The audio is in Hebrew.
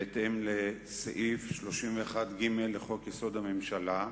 בהתאם לסעיף 31(ג) לחוק-יסוד: הממשלה,